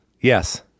Yes